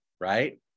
right